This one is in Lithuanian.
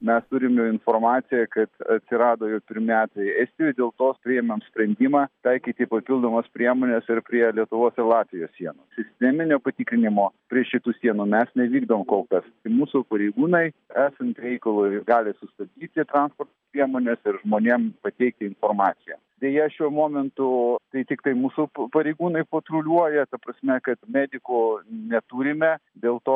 mes turim informaciją kad atsirado pirmi atvejai estijoj dėl to priėmėm sprendimą taikyti papildomas priemones ir prie lietuvos ir latvijos sienos sisteminio patikrinimo prie šitų sienų mes nevykdom kol kas mūsų pareigūnai esant reikalui gali sustabdyti transporto priemones ir žmonėm pateikti informaciją deja šiuo momentu tai tiktai mūsų pareigūnai patruliuoja ta prasme kad medikų neturime dėl to